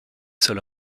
sols